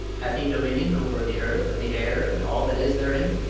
hath he dominion over the earth and the air and all that is therein?